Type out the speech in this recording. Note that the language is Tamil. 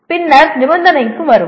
பின்னர் நிபந்தனைக்கு வருவோம்